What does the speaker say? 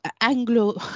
Anglo